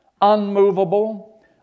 unmovable